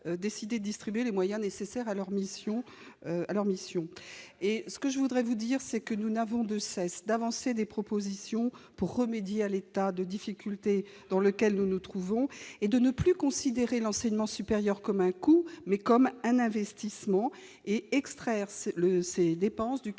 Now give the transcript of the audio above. décidé distribuer les moyens nécessaires à leur mission à leur mission et ce que je voudrais vous dire, c'est que nous n'avons de cesse d'avancer des propositions pour remédier à l'état de difficultés dans lequel nous nous trouvons et de ne plus considérer l'enseignement supérieur comme un coût mais comme un investissement et extraire le ces dépenses du calcul des